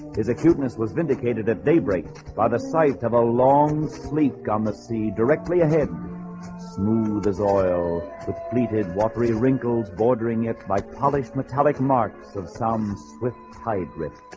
his acuteness was vindicated at daybreak by the sight of a long sleep on the sea directly ahead smooth as oil completed what rearing? khals bordering it by polished metallic marks of sam swift tied with